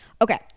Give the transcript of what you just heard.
Okay